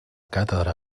càtedra